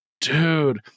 dude